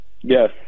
Yes